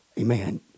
amen